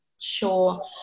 Sure